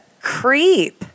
creep